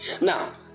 Now